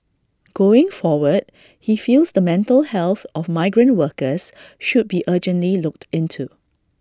going forward he feels the mental health of migrant workers should be urgently looked into